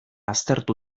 aztertu